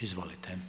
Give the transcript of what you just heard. Izvolite.